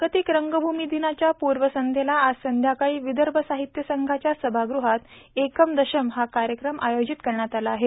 जागतिक रंगभूमी दिनाच्या पूर्वसंध्येला आज संध्याकाळी विदर्भ साहित्य संघाच्या सभागृहात एकं दशम हा कार्यक्रम आयोजित करण्यात आला आहे